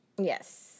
Yes